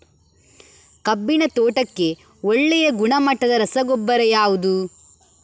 ಕಬ್ಬಿನ ತೋಟಕ್ಕೆ ಒಳ್ಳೆಯ ಗುಣಮಟ್ಟದ ರಸಗೊಬ್ಬರ ಯಾವುದು?